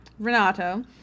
Renato